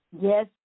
Yes